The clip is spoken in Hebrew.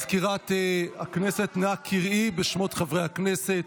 סגנית מזכיר הכנסת, נא קראי בשמות חברי הכנסת.